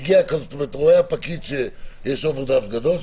הפקיד רואה שיש מינוס גדול,